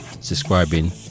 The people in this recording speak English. subscribing